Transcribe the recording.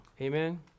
Amen